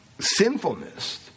sinfulness